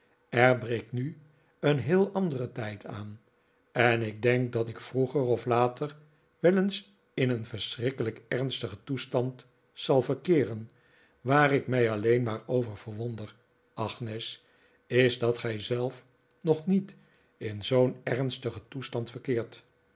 er breekt nu een heel andere tijd aan en ik denk dat ik vroeger of later wel eens in een verschrikkelijk ernstigen toestand zal verkeeren waar ik mij alleen maar over verwonder agnes is dat gij zelf nog niet in zoo'n ernstigen toestand verkeert